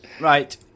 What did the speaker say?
Right